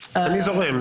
אני זורם,